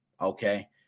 Okay